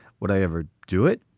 would i ever do it?